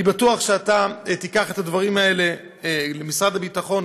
אני בטוח שאתה תיקח את הדברים האלה למשרד הביטחון,